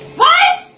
why